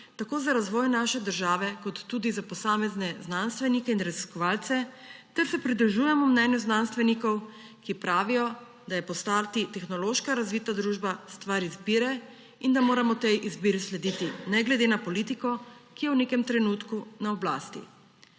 tako za razvoj naše države kot tudi za posamezne znanstvenike in raziskovalce ter se pridružujemo mnenju znanstvenikov, ki pravijo, da je postati tehnološko razvita družba stvar izbire in da moramo tej izbiri slediti ne glede na politiko, ki je v nekem trenutku na oblasti.